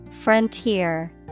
Frontier